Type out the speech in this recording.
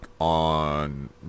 on